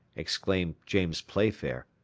exclaimed james playfair,